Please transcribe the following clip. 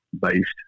based